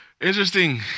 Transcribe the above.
Interesting